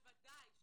בוודאי,